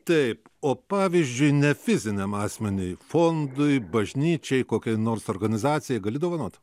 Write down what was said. taip o pavyzdžiui ne fiziniam asmeniui fondui bažnyčiai kokiai nors organizacijai gali dovanoti